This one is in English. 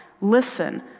Listen